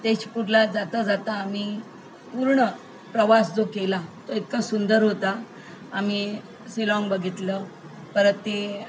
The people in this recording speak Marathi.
तेजपूरला जाता जाता आम्ही पूर्ण प्रवास जो केला तो इतका सुंदर होता आम्ही सिलॉन्ग बघितलं परत ते